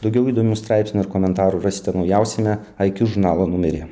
daugiau įdomių straipsnių ir komentarų rasite naujausiame aikju žurnalo numeryje